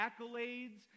accolades